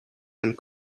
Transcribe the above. and